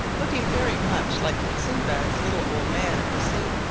looking very much like sinbad's little old man of the sea.